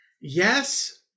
Yes